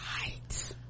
Right